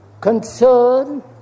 concern